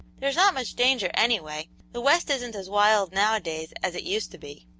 there's not much danger anyway the west isn't as wild nowadays as it used to be.